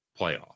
playoff